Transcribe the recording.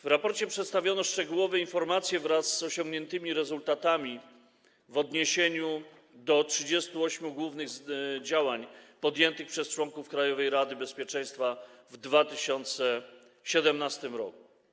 W raporcie przedstawiono szczegółowe informacje wraz z osiągniętymi rezultatami w odniesieniu do 38 głównych działań podjętych przez członków Krajowej Rady Bezpieczeństwa Ruchu Drogowego w 2017 r.